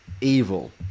evil